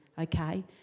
Okay